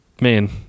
man